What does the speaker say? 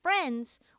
friends